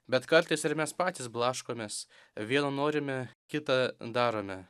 bet kartais ir mes patys blaškomės vieno norime kita darome